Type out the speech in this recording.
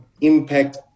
impact